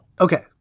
Okay